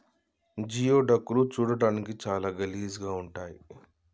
geoduck లు చూడడానికి చాలా గలీజ్ గా ఉంటయ్